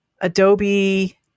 Adobe